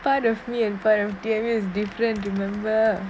part of me and from theories different remember